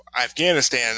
Afghanistan